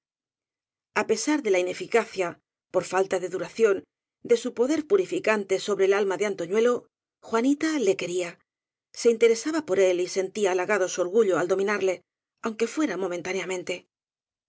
á pesar de la ineficacia por falta de duración de su poder purificante sobre el alma de antoñue lo juanita le quería se interesaba por él y sentía halagado su orgullo al dominarle aunque fuera moméntáneamente